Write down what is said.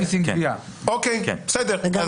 אוקיי בסדר.